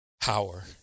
power